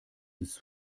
bis